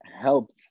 helped